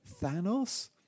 Thanos